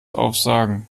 aufsagen